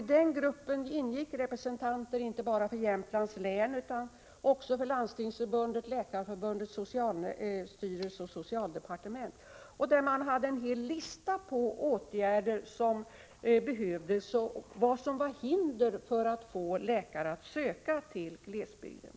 I denna grupp ingick representanter inte bara för Jämtlands län utan också för Landstingsförbundet, Läkarförbundet, socialstyrelsen och socialdepartementet. Man hade en hel lista med åtgärder som behövde vidtas, och man angav vad det var som utgjorde hindren för att få läkare att söka till glesbygden.